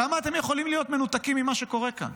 כמה אתם יכולים להיות מנותקים ממה שקורה כאן.